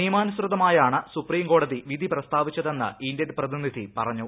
നിയമാനുസൃതമായാണ് സുപ്രീംകോടതി വിധി പ്രസ്താവിച്ചതെന്ന് ഇന്ത്യൻ പ്രതിനിധി പറഞ്ഞു